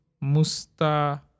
musta